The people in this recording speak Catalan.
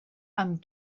amb